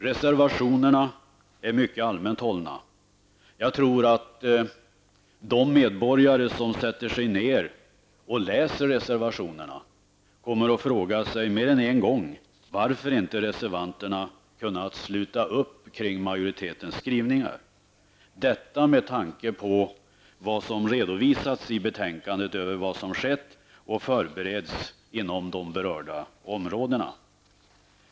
Reservationerna är mycket allmänt hållna. Jag tror att de medborgare som sätter sig ned och läser reservationerna kommer att fråga sig mer än en gång varför inte reservanterna kunnat sluta upp kring majoritetens skrivningar, detta med tanke på vad som redovisats i betänkandet om vad som skett och förbereds inom de berörda områdena.